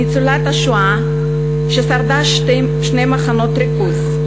ניצולת השואה ששרדה שני מחנות ריכוז.